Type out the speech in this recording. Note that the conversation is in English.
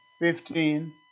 fifteen